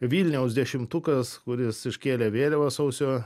vilniaus dešimtukas kuris iškėlė vėliavą sausio